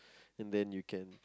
and then you can